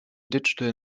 digital